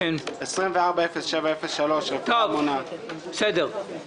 תוכנית 24-07-03: רפואה מונעת 2,244 אלפי ש"ח.